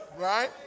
Right